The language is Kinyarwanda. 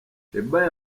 sheebah